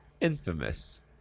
Infamous